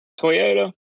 Toyota